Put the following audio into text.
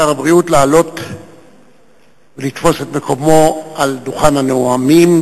משר הבריאות לעלות ולתפוס את מקומו על דוכן הנואמים,